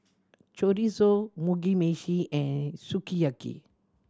Chorizo Mugi Meshi and Sukiyaki